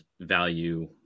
value